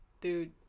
Dude